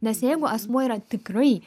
nes jeigu asmuo yra tikrai